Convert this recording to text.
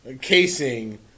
casing